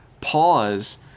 pause